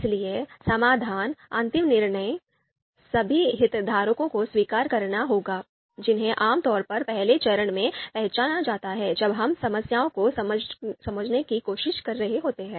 इसलिए समाधान अंतिम निर्णय सभी हितधारकों को स्वीकार करना होगा जिन्हें आम तौर पर पहले चरण में पहचाना जाता है जब हम समस्या को समझने की कोशिश कर रहे होते हैं